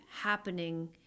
happening